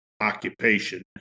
occupation